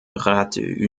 rate